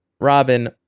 Robin